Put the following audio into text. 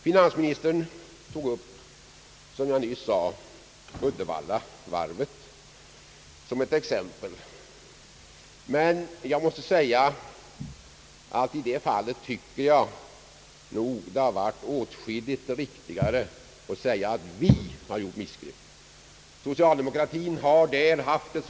Finansministern tog upp, som jag nyss sade, Uddevallavarvet som ett exempel. Men jag måste säga att i det fallet tycker jag att det varit mycket rikligare att säga att det var vi, d.v.s. socialdemokraterna, som gjort missgreppet.